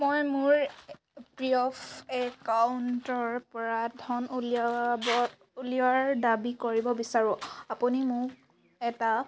মই মোৰ P F একাউণ্টৰপৰা ধন উলিয়াব উলিওৱাৰ দাবী কৰিব বিচাৰোঁ আপুনি মোক এটা